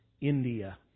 India